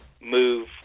move